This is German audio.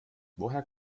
woher